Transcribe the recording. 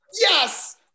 Yes